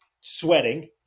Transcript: sweating